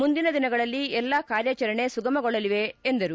ಮುಂದಿನ ದಿನಗಳಲ್ಲಿ ಎಲ್ಲಾ ಕಾರ್ಯಚರಣೆ ಸುಗಮಗೊಳ್ಳಲಿವೆ ಎಂದರು